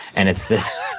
and it's this